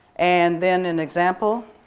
and then an example